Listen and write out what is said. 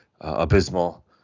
abysmal